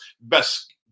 best